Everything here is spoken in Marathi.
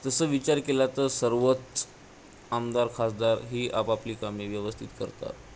तसं विचार केला तर सर्वच आमदार खासदार ही आपापली कामे व्यवस्थित करतात